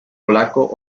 polaco